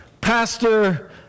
Pastor